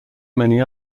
many